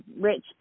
rich